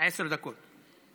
עשר דקות.